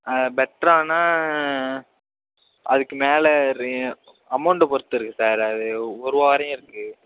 ஆ பெட்டரானா அதுக்கு மேலே அமௌண்ட்டை பொருத்திருக்கு சார் ஒருபா வரையும் இருக்குது